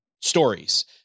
stories